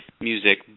music